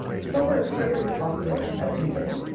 some are incredibly popular at the beginning.